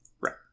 right